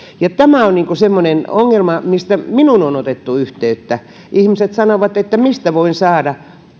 tämä on semmoinen ongelma josta minuun on otettu yhteyttä ihmiset kysyvät mistä voi saada